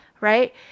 right